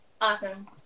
Awesome